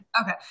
Okay